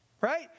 right